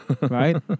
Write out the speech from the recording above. Right